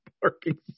parking